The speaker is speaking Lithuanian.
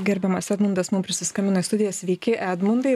gerbiamas edmundas mum prisiskambino į studiją sveiki edmundai